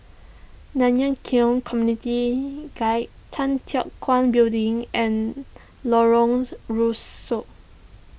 Nanyang Khek Community Guild Tan Teck Guan Building and Lorong Rusuk